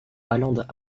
allende